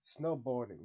snowboarding